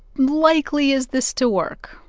likely is this to work?